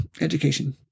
education